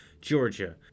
Georgia